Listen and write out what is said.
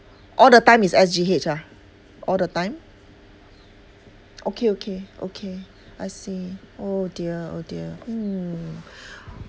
all the time is S_G_H ah all the time okay okay okay I see oh dear oh dear mm